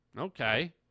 Okay